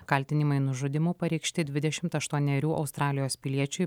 kaltinimai nužudymu pareikšti dvidešimt aštuonerių australijos piliečiui